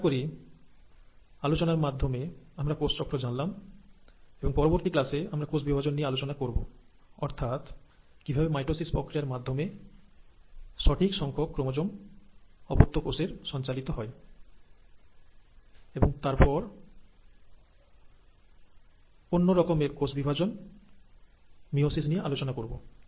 আমি আশা করি আলোচনার মাধ্যমে আমরা কোষচক্র জানলাম এবং পরবর্তী ক্লাসে আমরা কোষ বিভাজন নিয়ে আলোচনা করব অর্থাৎ কিভাবে মাইটোসিস প্রক্রিয়ার মাধ্যমে সঠিক সংখ্যক ক্রোমোজোম অপত্য কোষের সঞ্চালিত হয় এবং তারপর অন্য রকমের কোষ বিভাজন মিয়োসিস নিয়ে আলোচনা করব